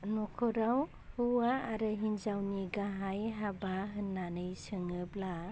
न'खराव हौवा आरो हिन्जावनि गाहाय हाबा होन्नानै सोङोब्ला